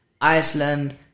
Iceland